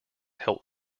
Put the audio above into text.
help